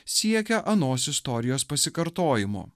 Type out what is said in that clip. siekia anos istorijos pasikartojimo